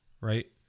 right